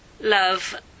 love